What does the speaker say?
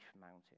mountain